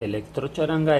elektrotxaranga